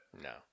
No